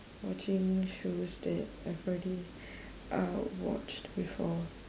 watching shows that I've already uh watched before